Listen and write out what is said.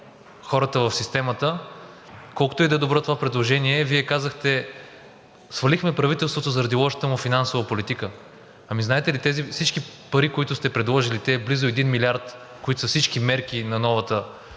хората в системата, колкото и да е добро това предложение, Вие казахте: свалихме правителството заради лошата му финансова политика. Ами, знаете ли, тези всички пари, които сте предложили, тези близо 1 млрд., които са всички мерки на новото